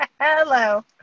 Hello